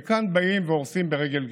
וכאן באים והורסים ברגל גסה.